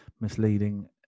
misleading